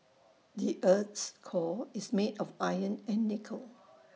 the Earth's core is made of iron and nickel